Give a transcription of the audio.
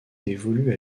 dévolu